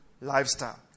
lifestyle